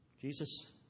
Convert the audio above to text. Jesus